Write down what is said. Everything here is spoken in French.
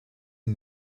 une